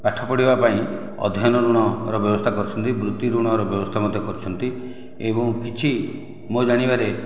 ପାଠ ପଢ଼ିବା ପାଇଁ ଅଧ୍ୟୟନ ଋଣ ର ବ୍ୟବସ୍ଥା କରିଛନ୍ତ ବୃତ୍ତି ଋଣର ବ୍ୟବସ୍ଥା ମଧ୍ୟ କରିଛନ୍ତି ଏବଂ କିଛି ମୋ ଜାଣିବାରେ